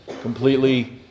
completely